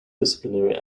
disciplinary